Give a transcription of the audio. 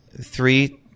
three